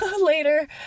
later